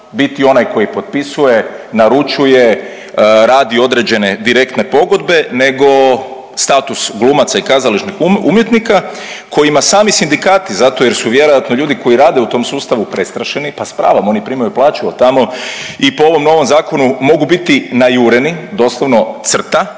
biti onaj koji potpisuje, naručuje, radi određene direktne pogodbe nego status glumaca i kazališnih umjetnika kojima sami sindikati zato jer su vjerojatno ljudi koji rade u tom sustavu prestrašeni, pa s pravom oni primaju plaću jer tamo i po ovom novom zakonu mogu biti najureni, doslovno crta